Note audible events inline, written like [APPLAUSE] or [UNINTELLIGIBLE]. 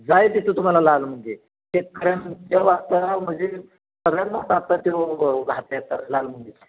जाय तिथं तुम्हाला लाल मुंगे ते [UNINTELLIGIBLE] म्हणजे सगळ्यांनाच आता तो [UNINTELLIGIBLE] लाल मुंगे